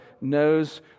knows